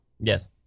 Yes